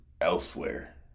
elsewhere